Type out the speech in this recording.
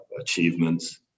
achievements